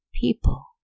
people